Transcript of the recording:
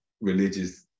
religious